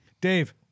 Dave